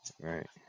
Right